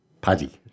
paddy